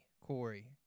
Corey